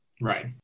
Right